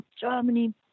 Germany